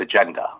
agenda